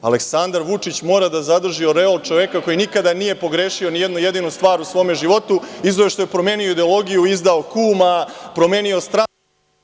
Aleksandar Vučić mora da zadrži oreol čoveka koji nikada nije pogrešio ni jednu jedinu stvar u svom životu, izuzev što je promenio ideologiju, izdao kuma, promenio stranku